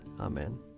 Amen